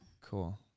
Cool